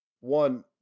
One